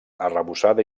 arrebossada